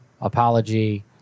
Apology